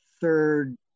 third